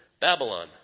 Babylon